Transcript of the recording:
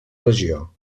regió